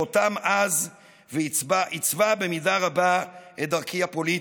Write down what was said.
חותם עז ועיצבה במידה רבה את דרכי הפוליטית.